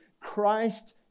Christ